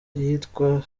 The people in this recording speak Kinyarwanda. iyitwa